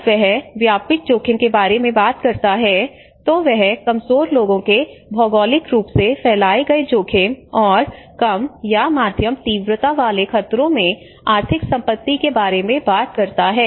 जब वह व्यापक जोखिम के बारे में बात करता है तो वह कमजोर लोगों के भौगोलिक रूप से फैलाए गए जोखिम और कम या मध्यम तीव्रता वाले खतरों में आर्थिक संपत्ति के बारे में बात करता है